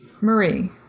Marie